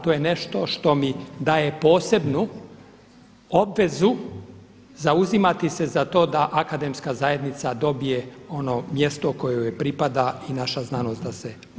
To je nešto što mi daje posebnu obvezu zauzimati se za to da Akademska zajednica dobije ono mjesto koje joj pripada i naša znanost da se unaprijedi.